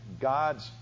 God's